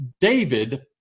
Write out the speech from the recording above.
David